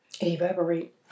Evaporate